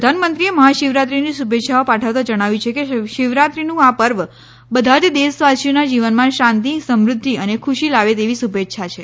પ્રધાનમંત્રીએ મહાશિવરાત્રીની શુભેચ્છાઓ પાઠવતા જણાવ્યું છે કે શિવરાત્રીનું આ પર્વ બધા જ દેશવાસીઓના જીવનમાં શાંતિ સમૃદ્ધિ અને ખુશી લાવે તેવી શુભે ચ્છા છે